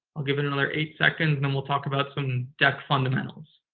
i'll give it another eight seconds, and then we'll talk about some deck fundamentals.